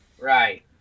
Right